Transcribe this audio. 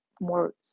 more